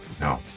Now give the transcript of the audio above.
No